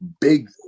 big